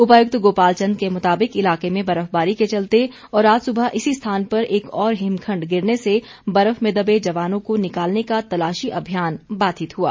उपायुक्त गोपाल चन्द के मुताबिक इलाके में बर्फबारी के चलते और आज सुबह इसी स्थान पर एक और हिमखण्ड गिरने से बर्फ में दबे जवानों को निकालने का तलाशी अभियान बाधित हुआ